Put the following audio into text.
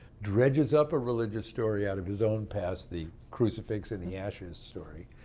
dredges up a religious story out of his own past, the crucifix-in-the-ashes story,